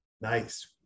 Nice